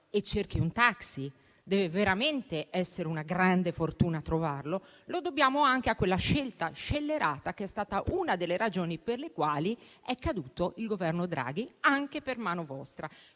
si cerca un taxi, bisogna essere veramente molto fortunati a trovarlo, lo dobbiamo anche a quella scelta scellerata che è stata una delle ragioni per le quali è caduto il Governo Draghi, anche per mano vostra.